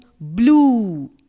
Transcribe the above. blue